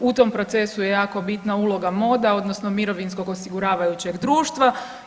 U tom procesu je jako bitna uloga MOD-a odnosno Mirovinskog osiguravajućeg društva.